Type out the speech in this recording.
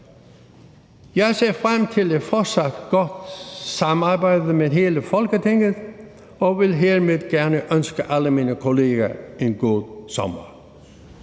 Jeg ser frem til et fortsat godt samarbejde med hele Folketinget og vil hermed gerne ønske alle mine kolleger en god sommer.